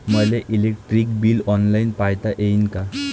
मले electric bill online पायता येईन का?